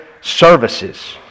services